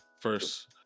first